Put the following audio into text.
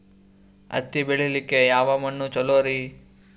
ಹತ್ತಿ ಬೆಳಿಲಿಕ್ಕೆ ಯಾವ ಮಣ್ಣು ಚಲೋರಿ?